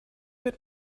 with